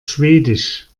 schwedisch